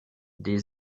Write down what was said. des